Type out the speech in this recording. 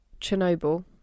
chernobyl